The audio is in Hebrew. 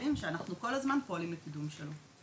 כלים שאנחנו כל הזמן פועלים לקידום שלו.